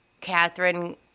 Catherine